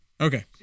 Okay